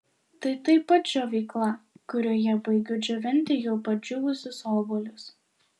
tai taip pat džiovykla kurioje baigiu džiovinti jau padžiūvusius obuolius